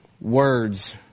words